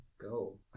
go